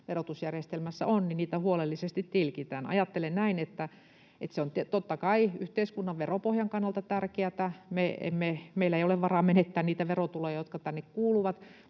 verotusjärjestelmässä on, huolellisesti tilkitään. Ajattelen näin, että se on totta kai yhteiskunnan veropohjan kannalta tärkeätä — meillä ei ole varaa menettää niitä verotuloja, jotka tänne kuuluvat